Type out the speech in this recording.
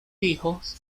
hijos